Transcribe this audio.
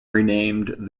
renamed